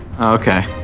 Okay